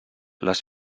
les